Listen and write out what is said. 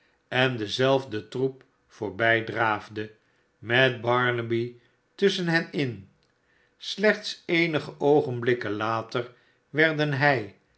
en dezelfde troep voorbijdraafde met barnaby tusschen hen in slechts eenige oogenblikken later werden hij